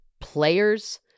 players